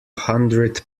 hundredth